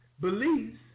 beliefs